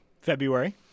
February